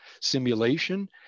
simulation